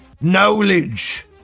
knowledge